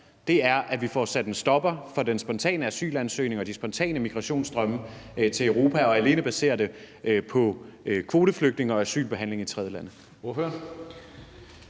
det er, at vi får sat en stopper for den spontane asylansøgning og de spontane migrationsstrømme til Europa, og at vi alene baserer det på kvoteflygtninge og asylbehandling i tredjelande?